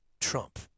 Trump